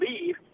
leave